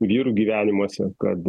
vyrų gyvenimuose kad